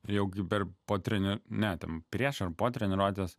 jau kai per po po trenir ne ten prieš arba po treniruotės